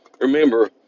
Remember